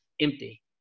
empty